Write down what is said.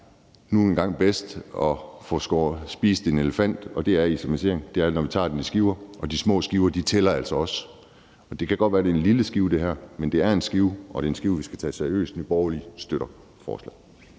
nu engang bedst at få spist en elefant, når man tager den i skiver, og de små skiver tæller altså også. Det kan godt være, det her er en lille skive, men det er en skive, og det er en skive, vi skal tage seriøst. Nye Borgerlige støtter forslaget.